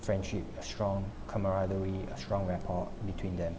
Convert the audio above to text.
friendship a strong camaraderie a strong rapport between them